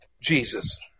Jesus